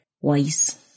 wise